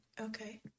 okay